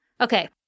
Okay